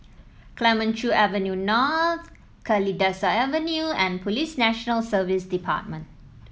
Clemenceau Avenue North Kalidasa Avenue and Police National Service Department